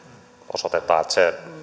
osoiteta